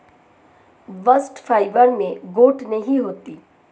bast fibre में गांठे नहीं होती है